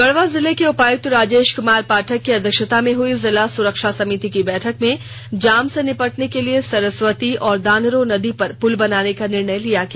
गढ़वा जिले के उपायुक्त राजेश कुमार पाठक की अध्यक्षता में हुई जिला सुरक्षा समिति की बैठक में जाम से निपटने के लिए सरस्वती और दानरो नदी पर पुल बनाने का निर्णय लिया गया